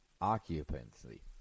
occupancy